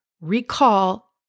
recall